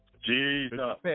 Jesus